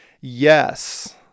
Yes